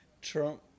Trump